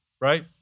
Right